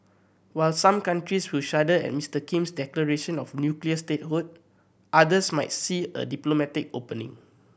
while some countries will shudder at Mister Kim's declaration of nuclear statehood others might see a diplomatic opening